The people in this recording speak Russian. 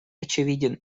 очевиден